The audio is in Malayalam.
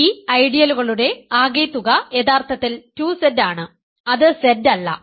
ഈ ഐഡിയലുകളുടെ ആകെത്തുക യഥാർത്ഥത്തിൽ 2Z ആണ് അത് Z അല്ല